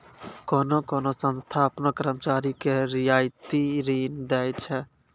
कोन्हो कोन्हो संस्था आपनो कर्मचारी के रियायती ऋण दै छै